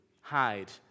Hide